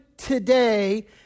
today